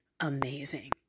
amazing